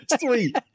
Sweet